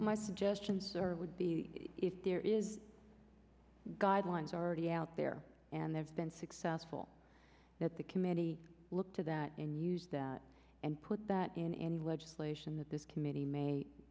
my suggestion would be if there is guidelines already out there and they've been successful that the committee look to that and use that and put that in any legislation that this committee ma